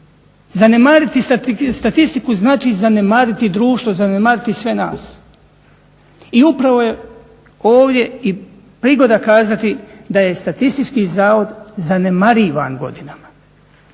Zanemariti statistiku znači zanemariti društvo, zanemariti sve nas. I upravo je ovdje i prigoda kazati da je Statistički zavod zanemarivan godinama.